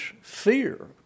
fear